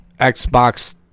Xbox